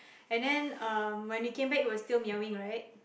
and then um when we came back it was still meowing right